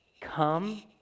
Come